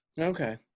okay